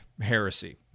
heresy